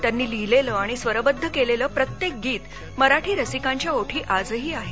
त्यांनी लिहिलेलं आणि स्वरबद्ध केलेलं प्रत्येक गीत मराठी रसिकांच्या ओठी आजही आहे